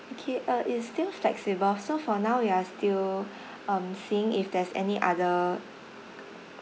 okay uh it's still flexible so for now we are still um seeing if there's any other